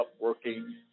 working